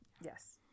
Yes